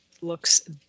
Looks